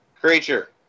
creature